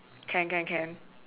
can can can